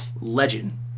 legend